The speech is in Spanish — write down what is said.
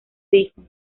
hijo